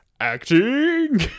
acting